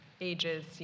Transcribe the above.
Ages